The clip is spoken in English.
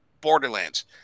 Borderlands